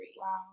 Wow